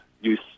use